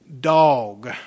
dog